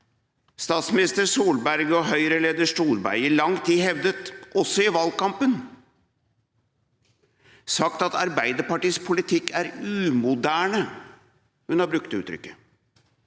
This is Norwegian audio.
statsminister Solberg og høyreleder Solberg i lang tid hevdet, også i valgkampen, at Arbeiderpartiets politikk er «umoderne» – hun har brukt det uttrykket